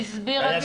היא הסבירה כאן.